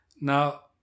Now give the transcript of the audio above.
Now